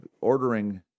ordering